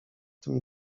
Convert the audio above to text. tym